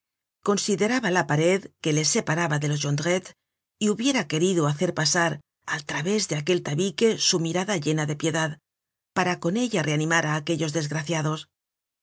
consideraba la pared que le separaba de los jondrette y hubiera querido hacer pasar al través de aquel tabique su mirada llena de piedad para con ella reanimar á aquellos desgraciados